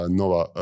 nova